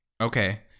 Okay